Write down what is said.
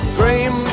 Dream